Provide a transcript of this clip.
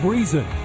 Reason